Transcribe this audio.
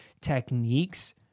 techniques